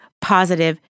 positive